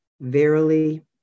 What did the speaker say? Verily